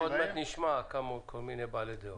עוד מעט נשמע כל מיני בעלי דעות.